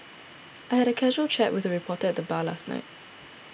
I had a casual chat with a reporter at the bar last night